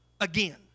again